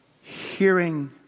hearing